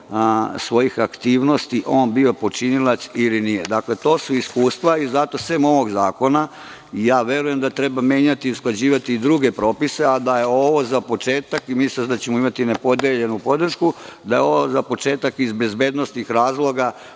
svojih aktivnosti on bio počinilac ili nije. To su iskustva i zato sem ovog zakona verujem da treba menjati i usklađivati druge propise, a da je ovo početak. Mislim da ćemo imati nepodeljenu podršku. Za početak je ovo iz bezbednosnih razloga